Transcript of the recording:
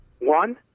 One